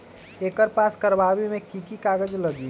एकर पास करवावे मे की की कागज लगी?